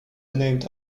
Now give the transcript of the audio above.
renamed